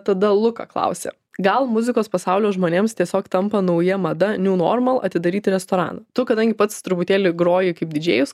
tada luka klausia gal muzikos pasaulio žmonėms tiesiog tampa nauja mada niu normal atidaryti restoraną tu kadangi pats truputėlį groji kaip didžėjus